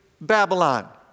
Babylon